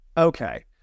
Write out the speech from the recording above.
Okay